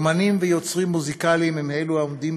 אמנים ויוצרים מוזיקליים הם העומדים